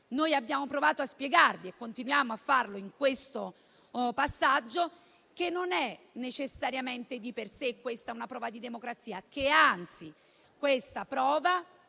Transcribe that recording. Noi abbiamo provato a spiegarvi, e continuiamo a farlo in questo passaggio, che questa non è necessariamente di per sé una prova di democrazia. Anzi, questa prova